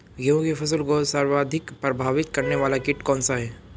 गेहूँ की फसल को सर्वाधिक प्रभावित करने वाला कीट कौनसा है?